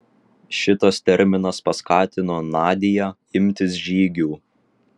šitas terminas paskatino nadią imtis žygių